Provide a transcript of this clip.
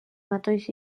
matolls